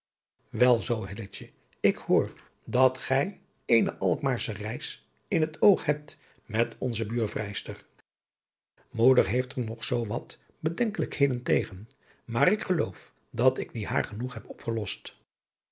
ik hoor dat gij eene alkmaarsche reis in het oog hebt met onze buurvrijster moeder heeft er nog zoo wat bedenkelijkheden tegen maar ik geloof dat ik die haar genoeg heb opgelost